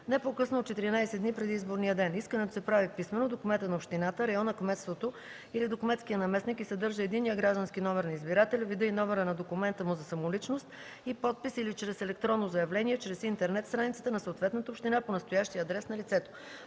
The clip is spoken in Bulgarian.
не по-късно от 14 дни преди изборния ден. Искането се прави писмено до кмета на общината, района, кметството или до кметския наместник и съдържа единния граждански номер на избирателя, вида и номера на документа му за самоличност и подпис или чрез електронно заявление през интернет страницата на съответната община по настоящия адрес на лицето.